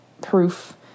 proof